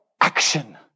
action